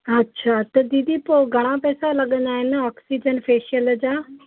अच्छा त दीदी पोइ घणा पैसा लॻंदा आहिनि ऑक्सीजन फेशियल जा